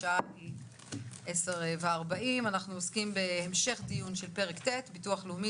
השעה היא 10:40. אנחנו עוסקים בהמשך דיון של פרק ט' (ביטוח לאומי),